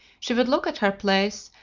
she would look at her place,